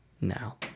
now